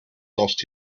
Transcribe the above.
lost